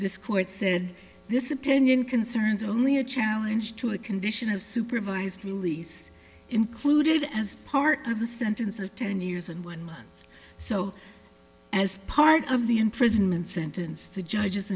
this court said this opinion concerns only a challenge to a condition of supervised release included as part of the sentence of ten years and one so as part of the imprisonment sentence the judge